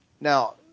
Now